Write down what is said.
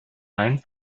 ein